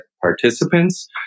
participants